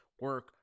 Work